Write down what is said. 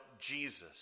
Jesus